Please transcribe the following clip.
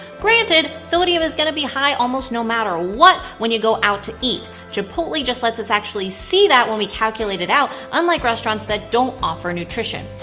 granted, sodium is going to be high almost no matter what when you go out to eat! chipotle just lets us actually see that when we calculate it out, unlike restaurants that don't offer nutrition.